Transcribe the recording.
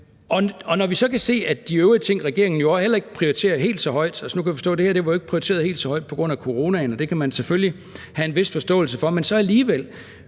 Så kan vi jo også se de øvrige ting, regeringen heller ikke prioriterer helt så højt. Altså, nu kan jeg forstå, at det her ikke var prioriteret helt så højt på grund af coronaen, og det kan man selvfølgelig have en vis forståelse for, men så alligevel